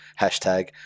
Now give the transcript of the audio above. Hashtag